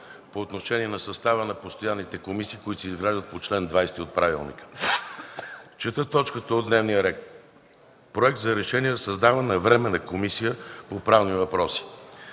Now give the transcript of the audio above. по отношение на състава на постоянните комисии, които се изграждат по чл. 20 от Правилника. Чета точката от дневния ред: „Проект за решение за създаване на Временна комисия по правни въпроси”.